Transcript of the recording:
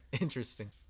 interesting